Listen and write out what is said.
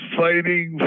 fighting